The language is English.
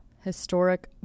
Historic